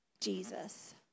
Jesus